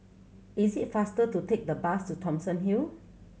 is it faster to take the bus to Thomson Hill